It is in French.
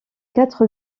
quatre